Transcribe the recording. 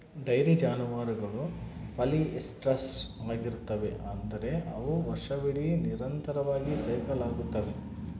dairy ಜಾನುವಾರುಗಳು polyestrous ಆಗಿರುತ್ತವೆ, ಅಂದರೆ ಅವು ವರ್ಷವಿಡೀ ನಿರಂತರವಾಗಿ ಸೈಕಲ್ ಆಗುತ್ತವೆ